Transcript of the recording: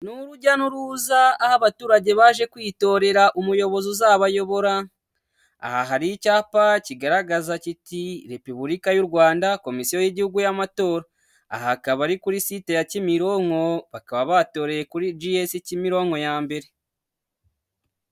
Ni urujya n'uruza aho abaturage baje kwitorera umuyobozi uzabayobora, aha hari icyapa kigaragaza kiti Repubulika y'u Rwanda komisiyo y'igihugu y'amatora, aha hakaba ari kuri site ya G.S Kimironko bakaba batoreye kuri G.S Kimironko ya mbere.